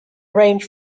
range